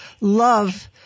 love –